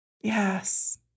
Yes